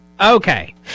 Okay